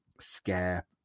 scare